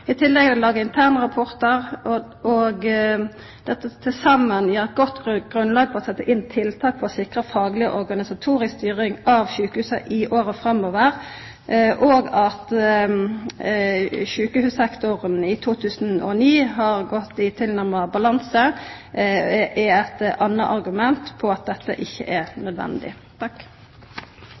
I tillegg er det laga interne rapportar. Dette til saman gir eit godt grunnlag for å setja inn tiltak for å sikra fagleg og organisatorisk styring av sjukehussektoren i åra framover. At sjukehussektoren i 2009 har gått i tilnærma balanse, er eit anna argument for at dette ikkje er nødvendig.